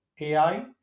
AI